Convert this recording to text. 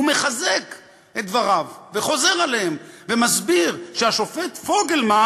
הוא מחזק את דבריו וחוזר עליהם ומסביר שהשופט פוגלמן